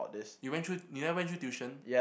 you went through you never went through tuition